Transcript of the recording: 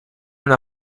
una